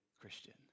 Christian